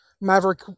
maverick